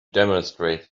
demonstrate